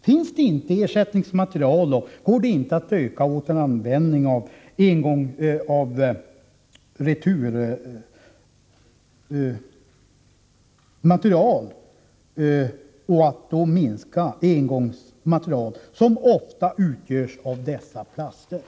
Finns det inte ersättningsmaterial, och går det inte att öka återanvändningen av returmaterial samt minska användningen av engångsmaterial, som ofta utgörs av detta slags plast?